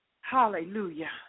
Hallelujah